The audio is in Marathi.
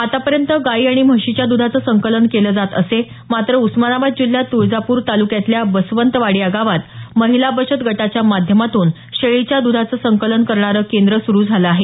आतापर्यंत गाई आणि म्हशीच्या दुधाचं संकलन केलं जात असे मात्र उस्मानाबाद जिल्ह्यात तुळजापूर तालुक्यातल्या बसवंतवाडी या गावात महिला बचत गटाच्या माध्यमातून शेळीच्या दुधाचं संकलन करणार केंद्र सुरू झालं आहे